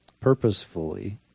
purposefully